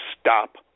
stop